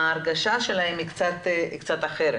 ההרגשה שלהם קצת אחרת